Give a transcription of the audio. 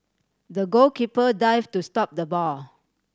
the goalkeeper dive to stop the ball